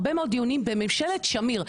הרבה מאוד דיונים בממשלת שמיר.